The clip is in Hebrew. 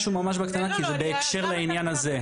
משהו ממש בקטנה כי זה בהקשר לעניין הזה.